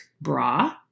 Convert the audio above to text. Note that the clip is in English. bra